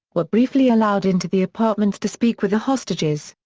were briefly allowed into the apartments to speak with the hostages.